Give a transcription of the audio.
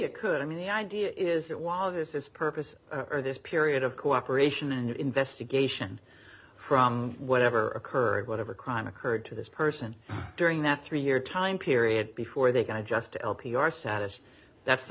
it could i mean the idea is that while this is purpose or this period of cooperation and investigation from whatever occurred whatever crime occurred to this person during that three year time period before they can adjust to l p r status that's the